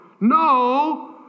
no